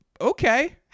Okay